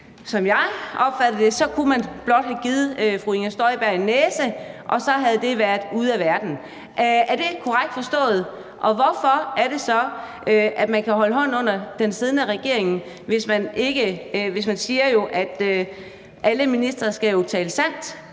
jeg opfattede det – så kunne man blot have givet fru Inger Støjberg en næse, og så havde det været ude af verden. Er det ikke korrekt forstået? Hvorfor er det så, at man kan holde hånden under den siddende regering, for man siger jo, at alle ministre skal tale sandt,